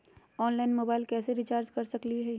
Online मोबाइलबा कैसे recharge कर सकलिए है?